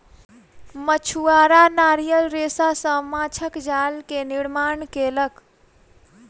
मछुआरा नारियल रेशा सॅ माँछक जाल के निर्माण केलक